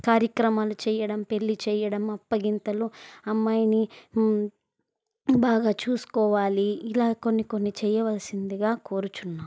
కార్యక్రమాలు చేయడం పెళ్ళి చేయడం అప్పగింతలు అమ్మాయిని బాగా చూసుకోవాలి ఇలా కొన్ని కొన్ని చేయవలసిందిగా కోరుచున్నాను